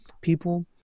people